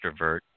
extrovert